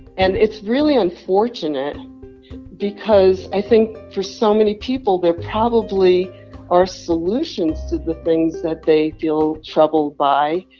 and it's really unfortunate because i think for so many people, there probably are solutions to the things that they feel troubled by.